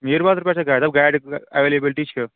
میٖر بازرٕ پٮ۪ٹھ چھا گاڑِ دوٚپ گاڑِ اَیٚوَیٚلَیبٕلِٹی چھِ